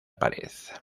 pared